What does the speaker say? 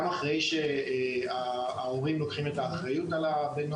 גם אחרי שההורים לוקחים את האחריות עליהם,